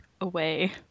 away